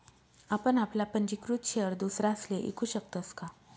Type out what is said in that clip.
आपण आपला पंजीकृत शेयर दुसरासले ईकू शकतस का?